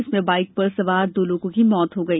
जिसमें बाइक पर सवार दो लोगो की मौत हो गई